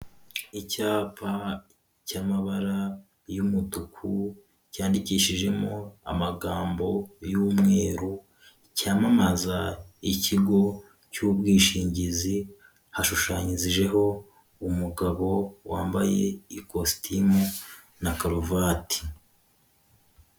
Icyapa cy'amabara y'umutuku cyandikishijemo amagambo y'umweru cyamamaza ikigo cy'ubwishingizi hashushanyirijeho umugabo wambaye ikositimu na karuvati.